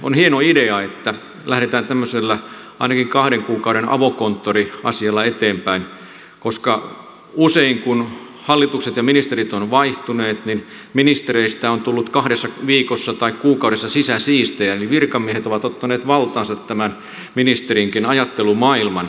on hieno idea että lähdetään tämmöisellä ainakin kahden kuukauden avokonttoriasialla eteenpäin koska usein kun hallitukset ja ministerit ovat vaihtuneet ministereistä on tullut kahdessa viikossa tai kuukaudessa sisäsiistejä eli virkamiehet ovat ottaneet valtaansa tämän ministerinkin ajattelumaailman